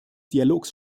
dialogs